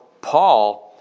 Paul